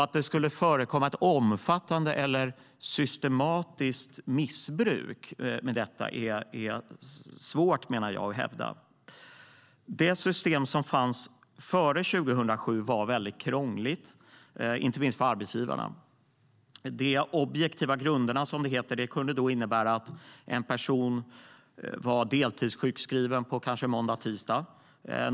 Att det skulle förekomma ett omfattande eller systematiskt missbruk av detta är alltså svårt att hävda, menar jag. Det system som fanns före 2007 var väldigt krångligt, inte minst för arbetsgivarna. De objektiva grunderna, som det heter, kunde innebära att en person var deltidssjukskriven på kanske måndag och tisdag.